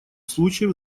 случаев